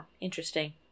Interesting